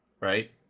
Right